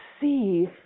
see